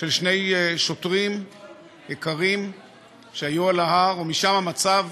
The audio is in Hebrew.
של שני שוטרים יקרים שהיו על ההר, ומאז המצב